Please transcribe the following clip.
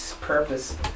Purpose